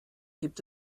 gibt